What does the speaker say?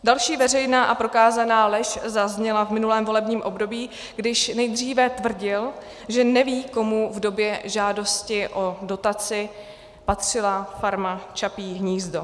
Další veřejná a prokázaná lež zazněla v minulém volebním období, když nejdříve tvrdil, že neví, komu v době žádosti o dotaci patřila farma Čapí hnízdo.